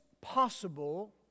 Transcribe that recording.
possible